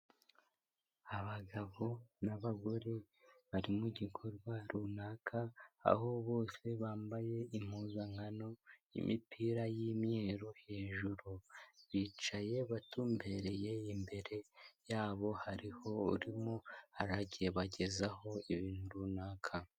Abagabo n'abagore bari mu gikorwa runaka aho bose bambaye impuzankano y'imipira y'imweru hejuru ,bicaye batumbereye imbere yabo hariho urimo arabagezaho ibintu runaka.